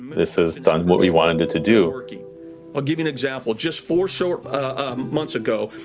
this is done what we wanted to do. i'll give you an example. just four short ah months ago,